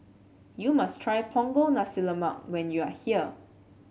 you must try Punggol Nasi Lemak when you are here